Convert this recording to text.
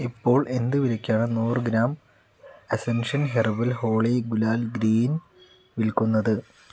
ഇപ്പോൾ എന്ത് വിലയ്ക്കാണ് നൂറ് gram Ascension herbal Holi gulal green വിൽക്കുന്നത്